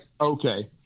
okay